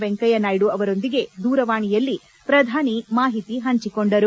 ವೆಂಕಯ್ನಾಯ್ನ ಅವರೊಂದಿಗೆ ದೂರವಾಣಿಯಲ್ಲಿ ಪ್ರಧಾನಿಮಾಹಿತಿ ಹಂಚಿಕೊಂಡರು